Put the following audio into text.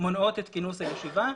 מונעות את כינוס הישיבה.